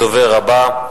הדובר הבא,